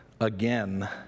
again